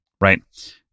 Right